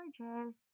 gorgeous